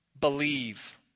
Believe